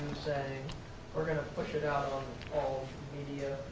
say, we're going to push it out on all media?